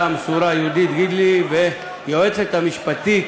המסורה יהודית גידלי והיועצת המשפטית